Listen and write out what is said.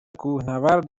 کوهنورد